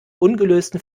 ungelösten